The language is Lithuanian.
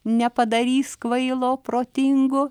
nepadarys kvailo protingu